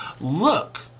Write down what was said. Look